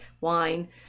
wine